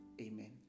Amen